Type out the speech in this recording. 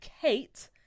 Kate